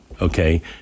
Okay